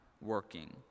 working